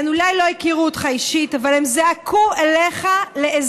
הן אולי לא הכירו אותך אישית אבל הן זעקו אליך לעזרה.